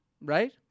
Right